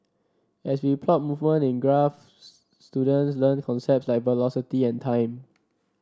as we plot movement in graphs students learn concept like velocity and time